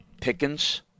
Pickens